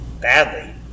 Badly